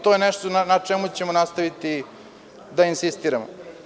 To je nešto na čemu ćemo nastaviti da insistiramo.